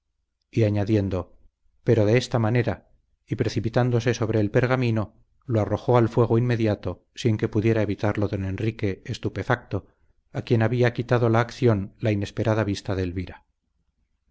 firmaré y añadiendo pero de esta manera y precipitándose sobre el pergamino lo arrojó al fuego inmediato sin que pudiera evitarlo don enrique estupefacto a quien había quitado la acción la inesperada vista de elvira